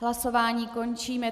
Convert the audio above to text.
Hlasování končím.